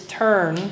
turn